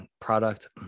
product